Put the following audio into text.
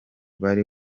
bari